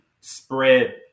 spread